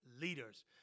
leaders